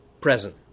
present